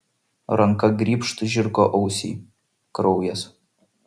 ranka grybšt žirgo ausį kraujas